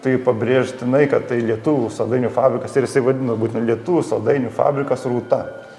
tai pabrėžtinai kad tai lietuvių saldainių fabrikas ir jisai vadino būtent lietuvių saldainių fabrikas rūta